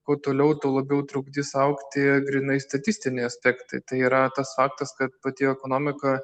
kuo toliau tuo labiau trukdys augti grynai statistiniai aspektai tai yra tas faktas kad pati ekonomika